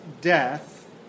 death